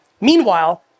Meanwhile